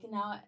now